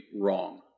wrong